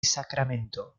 sacramento